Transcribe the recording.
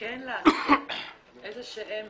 כן לעשות איזה שהן